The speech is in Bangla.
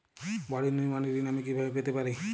বাড়ি নির্মাণের ঋণ আমি কিভাবে পেতে পারি?